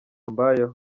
mbayeho